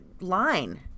line